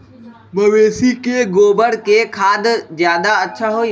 मवेसी के गोबर के खाद ज्यादा अच्छा होई?